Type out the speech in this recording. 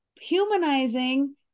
humanizing